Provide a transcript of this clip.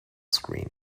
screen